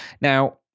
Now